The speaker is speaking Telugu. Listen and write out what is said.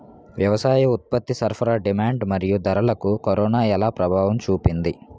వ్యవసాయ ఉత్పత్తి సరఫరా డిమాండ్ మరియు ధరలకు కరోనా ఎలా ప్రభావం చూపింది